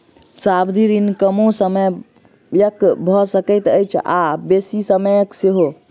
सावधि ऋण कमो समयक भ सकैत अछि आ बेसी समयक सेहो